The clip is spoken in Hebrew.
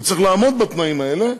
הוא צריך לעמוד בתנאים האלה,